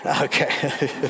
okay